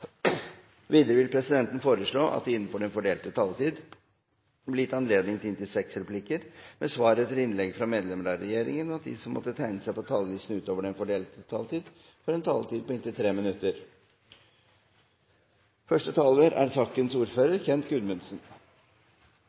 Videre vil presidenten foreslå at det – innenfor den fordelte taletid – blir gitt anledning til replikkordskifte på inntil seks replikker med svar etter innlegg fra medlemmer av regjeringen, og at de som måtte tegne seg på talerlisten utover den fordelte taletid, får en taletid på inntil 3 minutter. – Det anses vedtatt. Farlige klimaendringer er